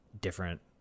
different